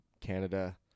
Canada